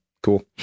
cool